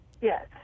Yes